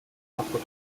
capitol